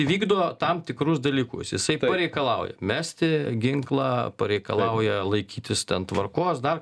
įvykdo tam tikrus dalykus jisai pareikalauja mesti ginklą pareikalauja laikytis ten tvarkos dar